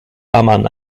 amman